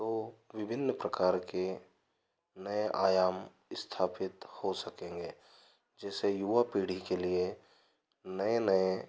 तो विभिन्न प्रकार के नए आयाम स्थापित हो सकेंगे जैसे युवा पीढ़ी के लिए नए नए